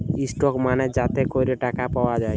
stock মালে যাতে ক্যরে টাকা পায়